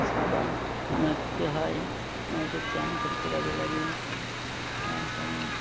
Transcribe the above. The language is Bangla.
সাবান মাখতে হয় মানুষের স্নান করতে কাজে লাগে তারপরে